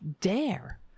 dare